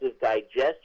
digestion